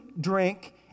drink